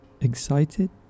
excited